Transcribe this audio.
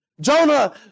Jonah